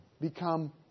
become